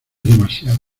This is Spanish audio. demasiado